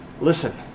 Listen